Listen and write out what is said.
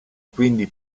quindi